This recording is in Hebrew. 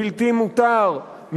בלתי מותר,